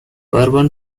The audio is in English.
urban